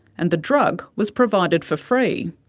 and the drug was provided for free.